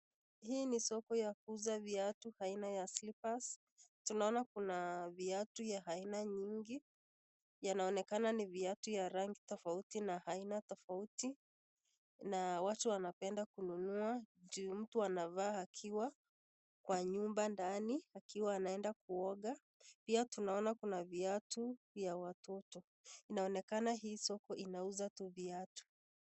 Hii ni soko ya kuuza viatu aina ya (cs) slipper (cs) tunaona kuna viatu ya aina nyingi, yanaonekana ni viatu ya rangi tofauti na aina tofauti ,na watu wanapenda kununua juu mtu anavaa akiwa kwa nyumba ndani akiwa anaenda kuoga pia tunaona kuna viatu ya watoto inaonekana hii soko inauza tu viatu.